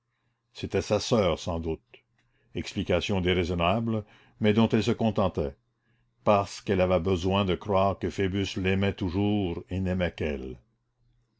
c'était sa soeur sans doute explication déraisonnable mais dont elle se contentait parce qu'elle avait besoin de croire que phoebus l'aimait toujours et n'aimait qu'elle